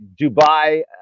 Dubai